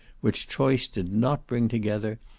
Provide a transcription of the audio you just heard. which choice did not bring together,